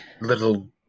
little